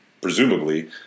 presumably